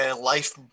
life